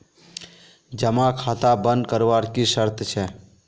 जमा खाता बन करवार की शर्त छे?